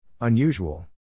Unusual